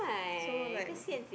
so like